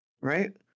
right